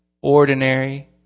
ordinary